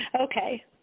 Okay